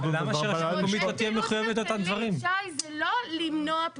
למה שהרשות המקומית לא תהיה מחויבת לאותם דברים?